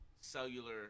cellular